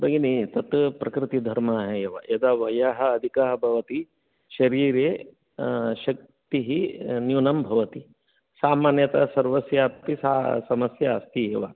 भगिनी तत् प्रकृतिधर्मः एव यदा वयः अधिकः भवति शरीरे शाक्तिः न्यूनं भवति सामान्यतः सर्वस्याऽपि सा समस्या अस्ति एव